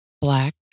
black